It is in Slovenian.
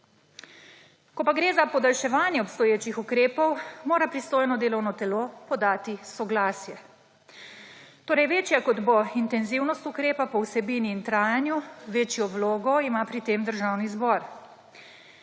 Ko pa gre za podaljševanje obstoječih ukrepov, mora pristojno delovno telo podati soglasje. Torej večja kot bo intenzivnost ukrepa po vsebini in trajanju, večjo vlogo ima pri tem Državni zbor.